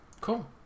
Cool